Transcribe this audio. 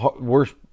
worst